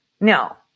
no